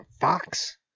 fox